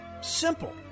Simple